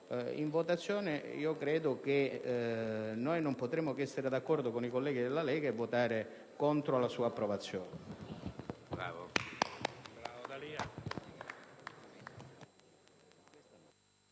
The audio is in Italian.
in votazione, non potremmo che essere d'accordo con i colleghi della Lega e votare contro la sua approvazione.